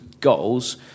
goals